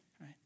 right